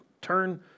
turn